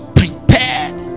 prepared